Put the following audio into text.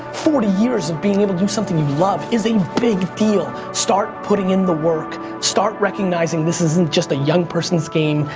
forty years of being able to do something you love is a big deal. start putting in the work, start recognizing this isn't just a young person's game.